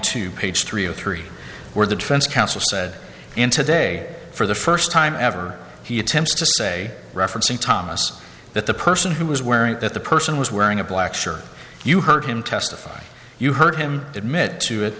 two page three of three where the defense counsel said in today for the first time ever he attempts to say referencing thomas that the person who was wearing that the person was wearing a black shirt you heard him testify you heard him admit to it